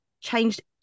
changed